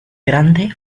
grande